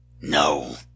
No